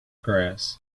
grass